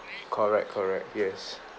correct correct yes